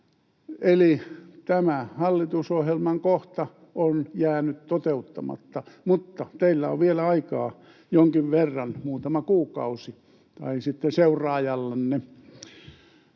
Eli tämä hallitusohjelman kohta on jäänyt toteuttamatta, mutta teillä on aikaa vielä jonkin verran, muutama kuukausi, tai sitten seuraajallanne.